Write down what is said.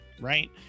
right